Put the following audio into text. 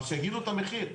אבל שיגידו את המחיר.